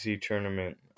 tournament